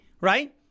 right